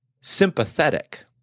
sympathetic